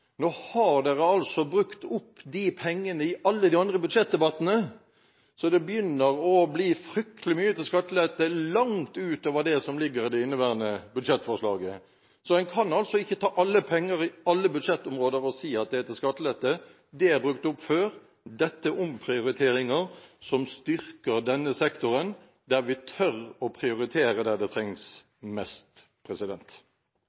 Nå har en altså brukt opp de pengene i alle de andre budsjettdebattene, så det begynner å bli fryktelig mye til skattelette, langt utover det som ligger i det inneværende budsjettforslaget. En kan altså ikke ta alle penger på alle budsjettområder og si at det er til skattelette. De er brukt opp før. Dette er omprioriteringer som styrker denne sektoren, og vi tør å prioritere der det trengs